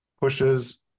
pushes